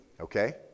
okay